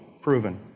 proven